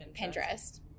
Pinterest